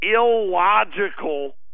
illogical